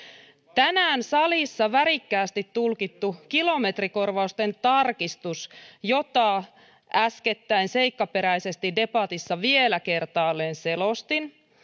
tänään salissa värikkäästi tulkitusta kilometrikorvausten tarkistuksesta jota äskettäin seikkaperäisesti debatissa vielä kertaalleen selostin